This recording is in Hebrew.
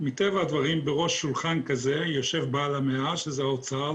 מטבע הדברים בראש שולחן כזה יושב בעל המאה שזה האוצר.